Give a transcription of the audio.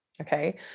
Okay